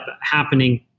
happening